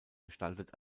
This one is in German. gestaltet